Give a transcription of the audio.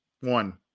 One